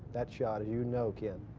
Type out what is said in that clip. that shot, you know, ken.